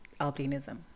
albinism